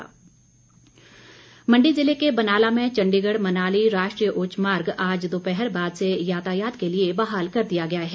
मार्ग अवरूद्व मंडी जिले के बनाला में चंडीगढ़ मनाली राष्ट्रीय उच्च मार्ग आज दोपहर बाद से यातायात लिए बहाल कर दिया गया है